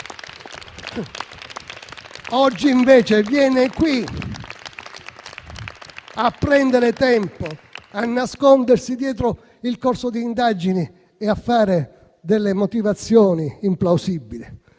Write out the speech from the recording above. Oggi invece viene qui a prendere tempo, a nascondersi dietro il corso delle indagini e a dare motivazioni implausibili.